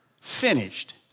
finished